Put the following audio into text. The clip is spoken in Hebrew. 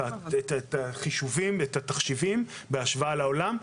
החישובים, את התחשיבים בהשוואה לעולם.